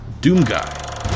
Doomguy